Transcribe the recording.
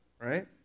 Right